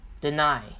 deny